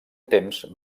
temps